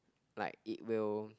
like it will